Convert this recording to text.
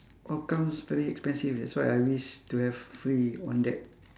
all comes very expensive that's why I wish to have free on that